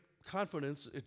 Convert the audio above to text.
Confidence